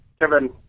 Kevin